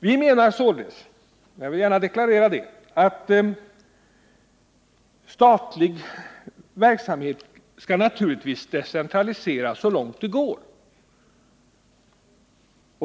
Vi menar således — jag vill gärna deklarera det — att statlig verksamhet skall naturligtvis decentraliseras så långt det går.